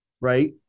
right